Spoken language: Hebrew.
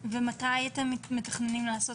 מתי אתם מתכננים לעשות